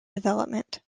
development